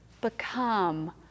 Become